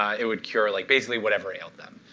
it would cure like basically whatever ailed them.